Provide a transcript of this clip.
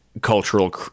cultural